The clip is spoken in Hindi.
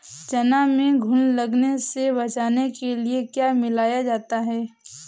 चना में घुन लगने से बचाने के लिए क्या मिलाया जाता है?